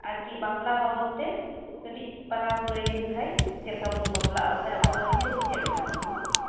ᱵᱟᱯᱞᱟ ᱵᱟᱵᱚᱫ ᱛᱮ ᱠᱟᱹᱴᱤᱡ ᱪᱩᱞᱩᱝᱮᱢ ᱞᱟᱹᱭᱟᱹᱧ ᱠᱷᱟᱡ ᱵᱚᱞᱮ ᱪᱮᱫ ᱞᱮᱠᱟ ᱠᱟᱛᱮ ᱵᱚᱱ ᱵᱟᱯᱞᱟᱜᱼᱟ